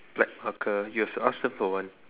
black marker you have to ask them for one